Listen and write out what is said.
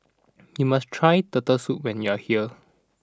you must try Turtle Soup when you are here